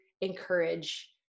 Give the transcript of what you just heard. encourage